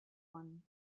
one